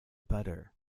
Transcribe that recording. butter